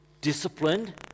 disciplined